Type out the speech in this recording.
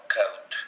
coat